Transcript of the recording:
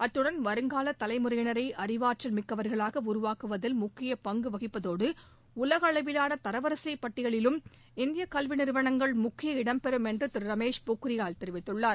அத்துடன் வருங்கால தலைமுறையினரை அறிவாற்றல் மிக்கவர்களாக உருவாக்குவதில் முக்கிய பங்கு வகிப்பதோடு உலக அளவிலான தரவரிசைப் பட்டியலிலும் இந்த கல்வி நிறுவனங்கள் முக்கிய இடம் பெறும் என்று திரு ரமேஷ் பொக்ரியால் தெரிவித்துள்ளார்